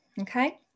okay